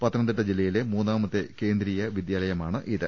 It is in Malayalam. പത്തനംതിട്ട ജില്ലയിലെ മൂന്നാമത്തെ കേന്ദ്രീയ വിദ്യാലയമാ ണിത്